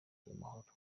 y’amahoro